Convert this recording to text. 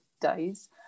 days